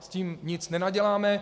S tím nic nenaděláme.